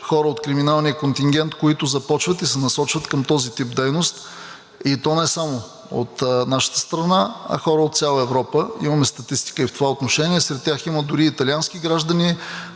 хора от криминалния контингент, които започват и се насочват към този тип дейност, и то не само от нашата страна, а хора от цяла Европа. Имаме статистика и в това отношение. Сред тях има дори и италиански граждани,